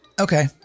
Okay